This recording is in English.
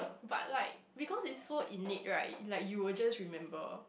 but like because it so in need right like you will just remember